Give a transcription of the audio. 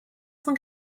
cent